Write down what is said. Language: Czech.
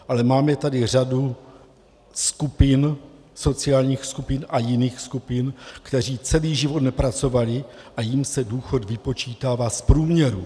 Ale máme tady řadu skupin, sociálních skupin a jiných skupin lidí, kteří celý život nepracovali, a jim se důchod vypočítává z průměru.